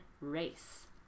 race